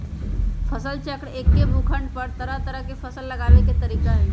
फसल चक्र एक्के भूखंड पर तरह तरह के फसल लगावे के तरीका हए